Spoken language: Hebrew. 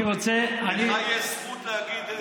אני רוצה, לנו יש זכות להגיב לדבריו.